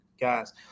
guys